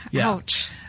ouch